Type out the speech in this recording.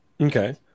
Okay